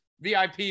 vip